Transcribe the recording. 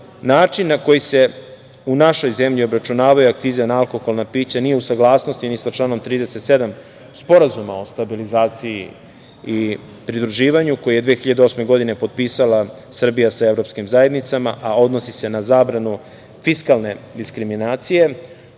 način na koji se u našoj zemlji obračunavaju akcize na alkoholna pića nije u saglasnosti ni sa članom 37. Sporazuma o stabilizaciji i pridruživanju, koji je 2008. godine, potpisala Srbija sa evropskim zajednicama, a odnosi se na zabranu fiskalne diskriminacije